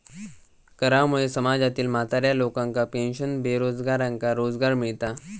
करामुळे समाजातील म्हाताऱ्या लोकांका पेन्शन, बेरोजगारांका रोजगार मिळता